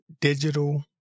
digital